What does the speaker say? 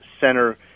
center